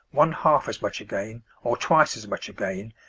one-half as much again, or twice as much again,